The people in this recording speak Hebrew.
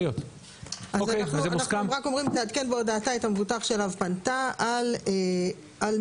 אז אנחנו רק אומרים: תעדכן בהודעתה את המבוטח שאליו פנתה על מבטחים